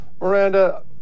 Miranda